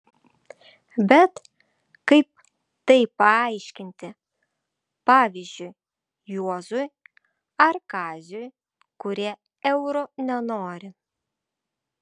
bet kaip tai paaiškinti pavyzdžiui juozui ar kaziui kurie euro nenori